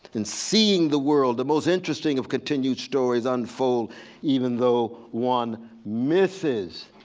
in seeing the world the most interesting of continued stories unfold even though one myth is.